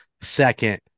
second